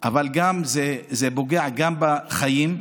אבל זה פוגע גם בחיים.